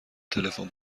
تلفن